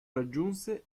raggiunse